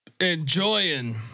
enjoying